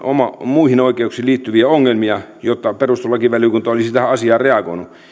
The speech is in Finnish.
muihin oikeuksiin liittyviä ongelmia niin että perustuslakivaliokunta olisi tähän asiaan reagoinut